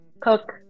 cook